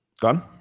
gone